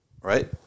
Right